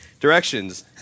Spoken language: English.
Directions